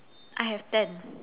I have ten